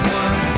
one